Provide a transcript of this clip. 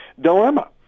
dilemma